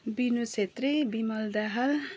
बिनु छेत्री विमल दाहाल